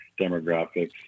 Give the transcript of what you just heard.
demographics